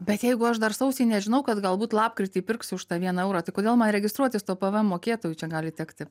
bet jeigu aš dar sausį nežinau kad galbūt lapkritį pirksiu už tą vieną eurą tai kodėl man registruotis tuo pvm mokėtoju čia gali tekti